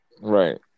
Right